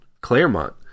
Claremont